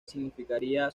significaría